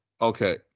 Okay